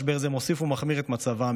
משבר זה מוסיף ומחמיר את מצבם,